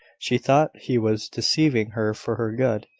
she thought he was deceiving her for her good,